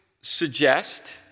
suggest